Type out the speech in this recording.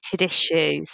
issues